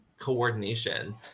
coordination